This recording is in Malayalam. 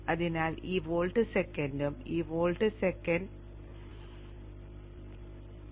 അതിനാൽ ഈ വോൾട്ട് സെക്കൻഡും ഈ വോൾട്ട് സെക്കൻഡും 0 ന് തുല്യമായിരിക്കണം